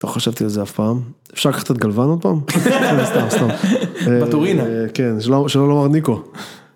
לא חשבתי על זה אף פעם, אפשר לקחת את גלוון עוד פעם? סתם, סתם. בטורינה. כן, שלא לומר ניקו.